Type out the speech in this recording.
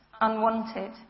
unwanted